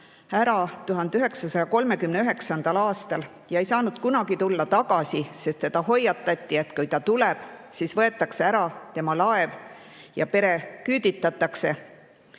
ära 1939. aastal ja ei saanud kunagi tulla tagasi, sest teda hoiatati, et kui ta tuleb, siis võetakse temalt laev ära ja pere küüditatakse.